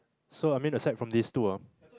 so I mean the side from these two ah